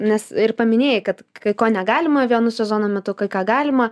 nes ir paminėjai kad kai ko negalima vienu sezono metu kai ką galima